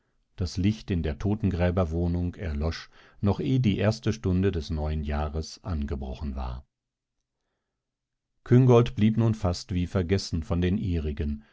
das licht in der totengräberwohnung erlosch noch eh die erste stunde des neuen jahres angebrochen war küngolt blieb nun fast wie vergessen von den